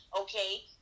okay